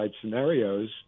scenarios